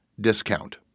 discount